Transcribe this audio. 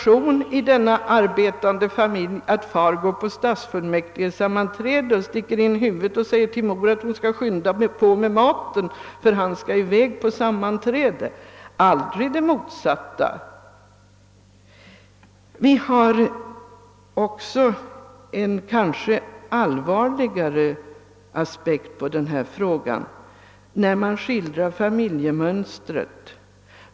I denna arbetande familj uppträder situationen att far sticker in huvudet och säger till mor att hon skall skynda på med maten, eftersom han skall i väg på stadsfullmäktigsammanträde; aldrig förekommer det motsatta. En kanske allvarligare aspekt på denna fråga möter vi när man skildrar familjemönstret.